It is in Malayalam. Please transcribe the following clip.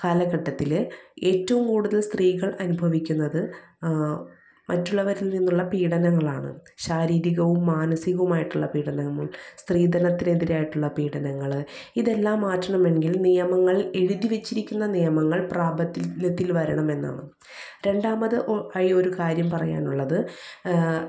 കാലഘട്ടത്തിൽ ഏറ്റവും കൂടുതൽ സ്ത്രീകൾ അനുഭവിക്കുന്നത് മറ്റുള്ളവരിൽ നിന്നുള്ള പീഡനങ്ങളാണ് ശാരീരികവും മാനസികവും ആയിട്ടുള്ള പീഡനവും സ്ത്രീധനത്തിനെതിരായിട്ടുള്ള പീഡനങ്ങൾ ഇതെല്ലാം മാറ്റണമെങ്കിൽ നിയമങ്ങൾ എഴുതിവച്ചിരിക്കുന്ന നിയമങ്ങൾ പ്രാബല്യത്തിൽ വരണമെന്നാണ് രണ്ടാമത് ആയി ഒരു കാര്യം പറയാനുള്ളത്